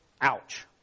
Ouch